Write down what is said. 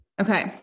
Okay